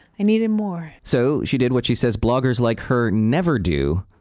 i needed more. so she did what she said bloggers like her never do,